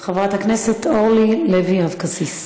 חברת הכנסת אורלי לוי אבקסיס,